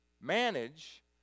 manage